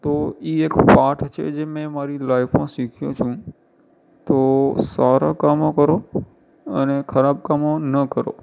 તો એ એક વાત છે જે મેં મારી લાઇફમાં શીખ્યો છું તો સારાં કામો કરો અને ખરાબ કામો ન કરો